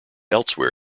elsewhere